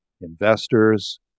investors